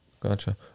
Gotcha